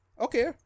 Okay